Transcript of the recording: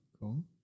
cool